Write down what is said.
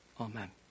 Amen